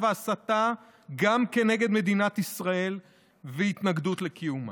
ובהסתה נגד מדינת ישראל והתנגדות לקיומה.